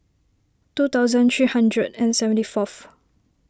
two thousand three hundred and seventy fourth